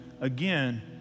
again